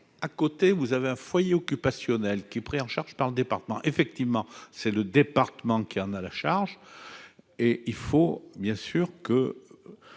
à côté, vous avez un foyer occupationnel qui est pris en charge par le département, effectivement, c'est le département qui en a la charge et il faut bien sûr que